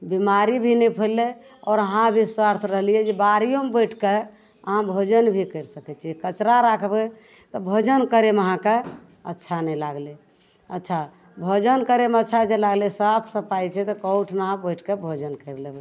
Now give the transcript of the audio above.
बेमारी भी नहि फैललै आओर अहाँ भी स्वच्छ रहलिए जे बाड़िओमे बैठिके अहाँ भोजन भी करि सकै छिए कचरा राखबै तऽ भोजन करैमे अहाँके अच्छा नहि लागलै अच्छा भोजन करैमे अच्छा जे लागलै साफ सफाइ छै तऽ कहुँठाम बैठिके भोजन करि लेबै